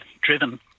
driven